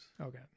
okay